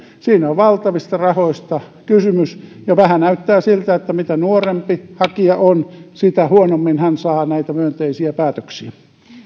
siinä on on valtavista rahoista kysymys ja vähän näyttää siltä että mitä nuorempi hakija on sitä huonommin hän saa näitä myönteisiä päätöksiä